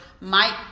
Mike